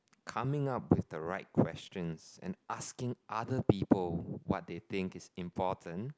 coming up with the right questions and asking other people what they think is important